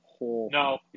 No